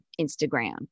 Instagram